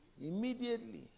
immediately